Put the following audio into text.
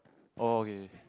oh okay okay okay